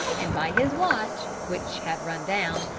and by his watch, which had run down,